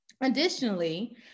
Additionally